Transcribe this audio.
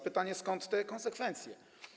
Pytanie: Skąd te konsekwencje?